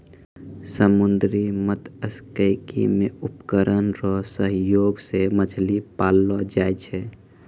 समुन्द्री मत्स्यिकी मे उपकरण रो सहयोग से मछली पाललो जाय छै